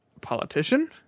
politician